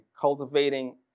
cultivating